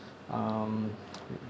um